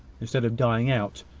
instead of dying out,